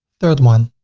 third one,